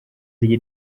rye